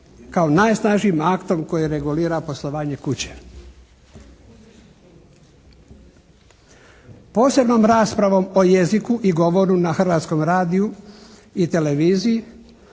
kao najsnažnijim aktom koji regulira poslovanje kuće. Posebnom raspravom o jeziku i govoru na Hrvatskom radiju i televiziji